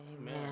Amen